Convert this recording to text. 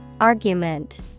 Argument